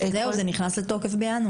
זהו, זה נכנס לתוקף בינואר.